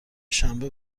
شنبه